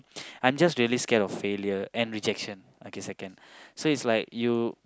I'm just really scared of failure and rejection okay second so it's like you